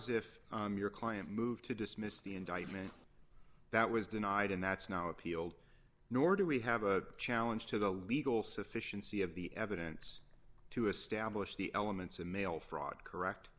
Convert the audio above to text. as if your client moved to dismiss the indictment that was denied and that's now appealed nor do we have a challenge to the legal sufficiency of the evidence to establish the elements of mail fraud correct